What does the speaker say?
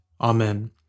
Amen